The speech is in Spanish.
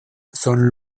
son